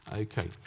Okay